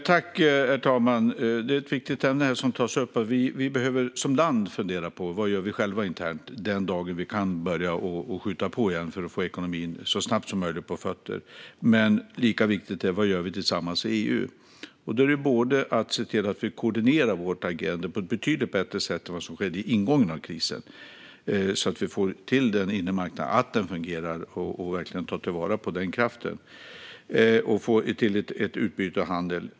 Herr talman! Det är ett viktigt ämne som tas upp. Den dagen vi kan börja skjuta på för att så snabbt som möjligt få ekonomin på fötter behöver vi själva, som land, fundera på vad vi gör internt. Men det är lika viktigt att fundera på vad vi gör tillsammans i EU. Det handlar om att koordinera vårt agerande på ett betydligt bättre sätt än vid ingången av krisen så att vi ser till att den inre marknaden fungerar och att vi verkligen tar till vara den kraften och får till utbyte av handel.